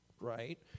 right